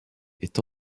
est